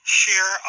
share